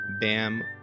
Bam